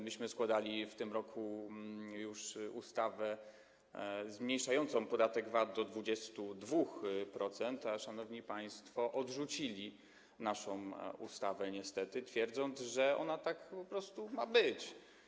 Myśmy składali już w tym roku ustawę zmniejszającą podatek VAT do 22%, a szanowni państwo odrzucili naszą ustawę niestety, twierdząc, że ona taka po prostu ma być.